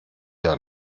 der